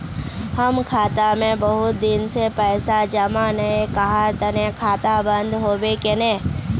हम खाता में बहुत दिन से पैसा जमा नय कहार तने खाता बंद होबे केने?